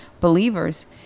believers